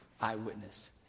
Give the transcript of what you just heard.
eyewitness